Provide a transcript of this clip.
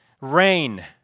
rain